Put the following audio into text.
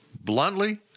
bluntly